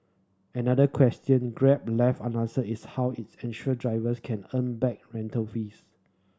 another question Grab left unanswered is how its ensure drivers can earn back rental fees